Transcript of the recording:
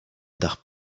tar